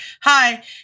Hi